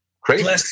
crazy